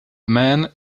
man